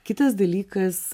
kitas dalykas